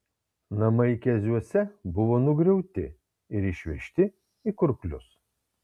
namai keziuose buvo nugriauti ir išvežti į kurklius